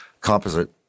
composite